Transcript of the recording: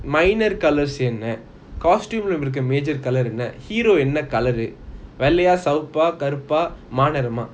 minor colours என்ன:enna costume இருக்குற:irukura major colour என்ன:enna hero என்ன:enna colour eh வெள்ளைய சேவப்ப கருப்பை மாநிறம்:vellaiya sevapa karupa maanirama